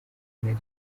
ari